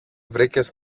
βρήκες